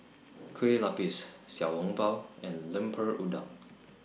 Kueh Lapis Xiao Long Bao and Lemper Udang